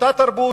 אותה תרבות,